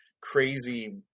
crazy